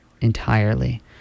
entirely